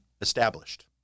established